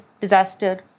disaster